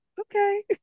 Okay